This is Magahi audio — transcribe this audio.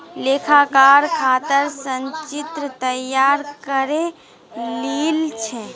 लेखाकार खातर संचित्र तैयार करे लील छ